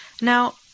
now